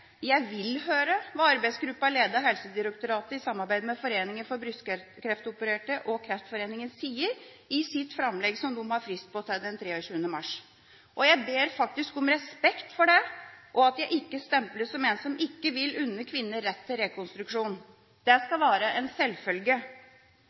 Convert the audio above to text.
Jeg vil høre hva arbeidsgruppa ledet av Helsedirektoratet i samarbeid med Foreningen for brystkreftopererte og Kreftforeningen sier i sitt framlegg som de har frist på til 23. mars. Jeg ber faktisk om respekt for det og at jeg ikke stemples som en som ikke vil unne kvinner rett til rekonstruksjon. Det